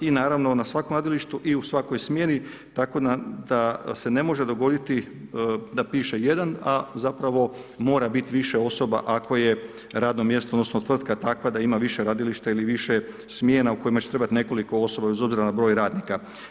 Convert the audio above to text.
i naravno na svakom gradilištu i svakoj smjeni tako da se ne može dogoditi da piše jedan, a zapravo mora biti više osoba ako je radno mjesto odnosno tvrtka takva da ima više gradilišta ili više smjena u kojima će trebati nekoliko osoba bez obzira na broj radnika.